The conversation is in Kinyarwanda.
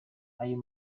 ayo